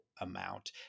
amount